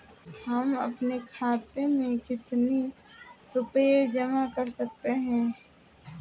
हम अपने खाते में कितनी रूपए जमा कर सकते हैं?